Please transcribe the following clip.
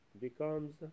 becomes